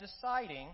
deciding